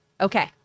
Okay